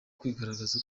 kwigaragaza